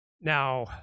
Now